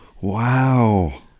Wow